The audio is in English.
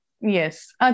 yes